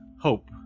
Hope